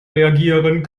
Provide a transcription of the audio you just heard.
reagieren